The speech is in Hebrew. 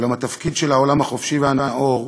אולם התפקיד של העולם החופשי והנאור